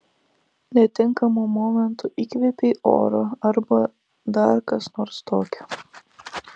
netinkamu momentu įkvėpei oro arba dar kas nors tokio